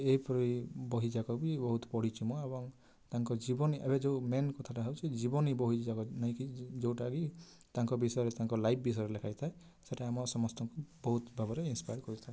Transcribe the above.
ଏହିପରି ବହିଯାକ ବି ବହୁତ ପଢ଼ିଛି ମୁଁ ଏବଂ ତାଙ୍କ ଜୀବନୀ ଏବେ ଯେଉଁ ମେନ୍ କଥାଟା ହେଉଛି ଜୀବନୀ ବହିଯାକ ନେଇକି ଯେଉଁଟା କି ତାଙ୍କ ବିଷୟରେ ତାଙ୍କ ଲାଇଫ୍ ବିଷୟରେ ଲେଖାଯାଇଥାଏ ସେଇଟା ଆମ ସମସ୍ତଙ୍କୁ ବହୁତ ଭାବରେ ଇନସ୍ପାୟାର୍ଡ଼ କରିଥାଏ